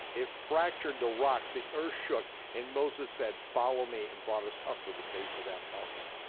it fractured the rocks, the earth shook, and moses said follow me, and brought us up to the base of that mountain.